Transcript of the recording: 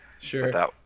Sure